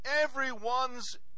everyone's